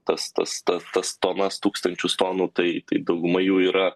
tas tas ta tas tonas tūkstančius tonų tai tai dauguma jų yra